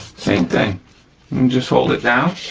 same thing. you just hold it down